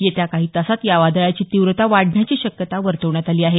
येत्या काही तासात या वादळाची तीव्रता वाढण्याची शक्यता वर्तवण्यात आली आहे